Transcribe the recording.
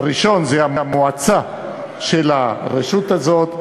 הראשון, המועצה של הרשות הזאת.